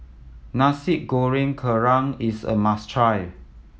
Nasi Goreng Kerang is a must try